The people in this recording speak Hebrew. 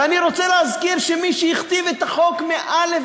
ואני רוצה להזכיר שמי שהכתיב את החוק מא'